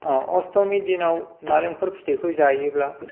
अस्तमि दिनाव नारेंखल फिथाइखौ जायोब्ला